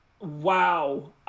wow